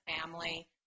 family